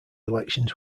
elections